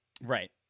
Right